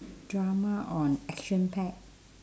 drama on action packed